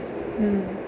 mm